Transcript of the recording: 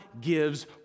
gives